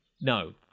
No